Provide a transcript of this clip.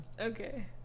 okay